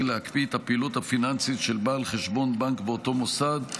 להקפיא את הפעילות הפיננסית של בעל חשבון בנק באותו מוסד,